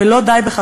ולא די בכך,